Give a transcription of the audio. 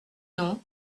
nom